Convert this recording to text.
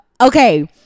Okay